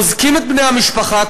אוזקים את בני המשפחה,